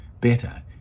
better